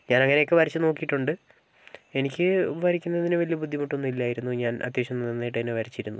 ഞാൻ അങ്ങനെയൊക്കെ വരച്ച് നോക്കിയിട്ടുണ്ട് എനിക്ക് വരക്കുന്നതിൽ വലിയ ബുദ്ധിമുട്ട് ഒന്നും ഇല്ലായിരുന്നു ഞാൻ അത്യാവശ്യം നന്നായിട്ട് തന്നെ വരച്ചിരുന്നു